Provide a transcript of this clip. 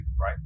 right